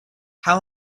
how